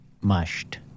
Mushed